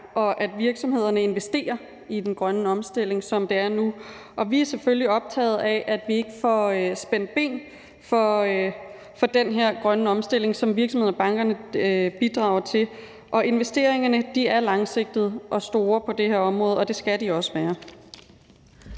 og at virksomhederne investerer i den grønne omstilling, som det er nu. Vi er selvfølgelig optaget af, at vi ikke får spændt ben for den her grønne omstilling, som virksomhederne og bankerne bidrager til, og investeringerne er langsigtede og store på det her område, og det skal de også være.